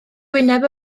wyneb